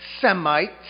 Semites